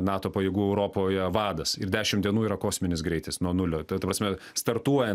nato pajėgų europoje vadas ir dešim dienų yra kosminis greitis nuo nulio ta ta prasme startuoja